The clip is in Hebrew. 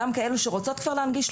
גם כאלו שרוצות כבר להנגיש,